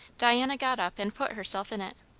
diana got up and put herself in it.